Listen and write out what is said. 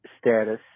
status